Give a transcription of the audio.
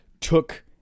took